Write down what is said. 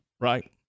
Right